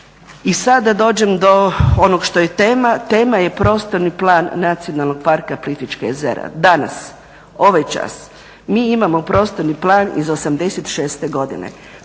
I sada da dođem do onog što je tema, tema je Prostorni plan Nacionalnog parka Plitvička jezera. Danas, ovaj čas, mi imamo prostorni plan iz '86.godine.